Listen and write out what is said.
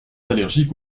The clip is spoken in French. allergiques